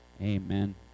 Amen